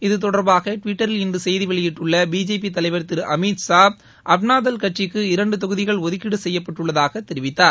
இதுதொடர்பாக டுவிட்டரில் இன்று செய்தி வெளியிட்டுள்ள பிஜேபி தலைவர் திரு அமித்ஷா அப்னாதல் கட்சிக்கு இரண்டு தொகுதிகள் ஒதுக்கீட செய்யப்பட்டுள்ளதாக தெரிவித்தார்